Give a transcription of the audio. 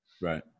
right